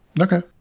okay